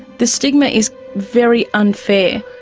the stigma is very unfair.